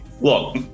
Look